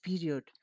period